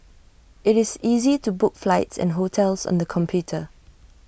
IT is easy to book flights and hotels on the computer